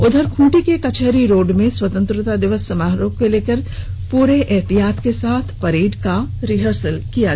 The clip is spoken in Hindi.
उधर खूंटी के कचहरी मैदान में स्वतंत्रता दिवस समारोह को लेकर पूरे एहतियात के साथ परेड का रिहर्सल किया जा रहा है